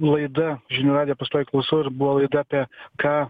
laida žinių radiją pastoviai klausau ir buvo laida apie ką